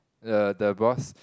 the the boss